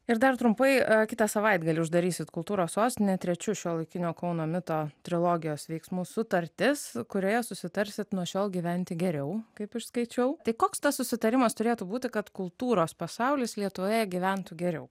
ir dar trumpai kitą savaitgalį uždarysite kultūros sostine trečiu šiuolaikinio kauno mito trilogijos veiksmų sutartis kurioje susitarsite nuo šiol gyventi geriau kaip išskaičiau tai koks tas susitarimas turėtų būti kad kultūros pasaulis lietuvoje gyventų geriau